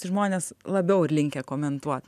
žmonės labiau linkę komentuot